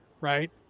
right